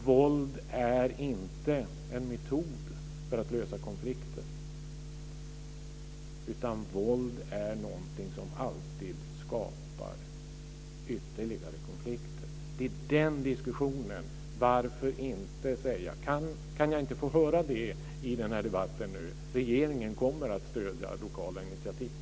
Våld är inte en metod för att lösa konflikter, utan våld är någonting som alltid skapar ytterligare konflikter. Kan jag inte få höra det i debatten, att regeringen kommer att stödja lokala initiativ?